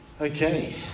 okay